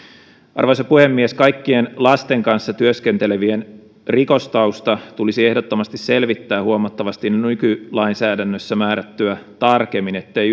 arvoisa puhemies kaikkien lasten kanssa työskentelevien rikostausta tulisi ehdottomasti selvittää huomattavasti nykylainsäädännössä määrättyä tarkemmin ettei